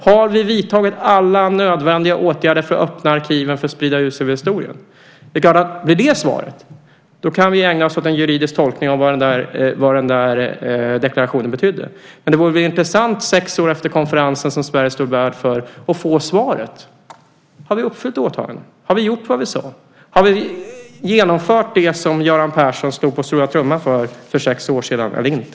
Har vi vidtagit alla nödvändiga åtgärder för att öppna arkiven för att sprida ljus över historien? Blir svaret ja kan vi ägna oss åt en juridisk tolkning av vad den där deklarationen betydde. Det vore intressant att få svaret sex år efter konferensen som Sverige stod värd för. Har vi uppfyllt åtagandet? Har vi gjort vad vi sade? Har vi genomfört det som Göran Persson för sex år sedan slog på stora trumman för eller inte?